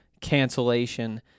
cancellation